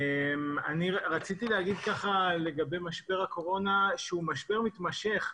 משבר הקורונה הוא משבר מתמשך.